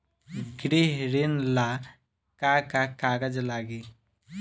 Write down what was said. गृह ऋण ला का का कागज लागी?